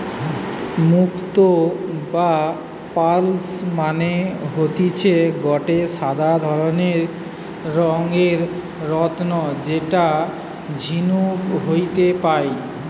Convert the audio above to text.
মুক্তো বা পার্লস মানে হতিছে গটে সাদা রঙের রত্ন যেটা ঝিনুক হইতে পায়